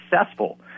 successful